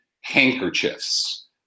handkerchiefs